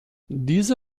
diese